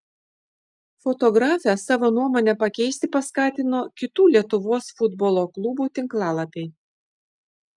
fotografę savo nuomonę pakeisti paskatino kitų lietuvos futbolo klubų tinklalapiai